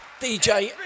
DJ